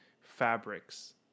fabrics